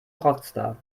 rockstar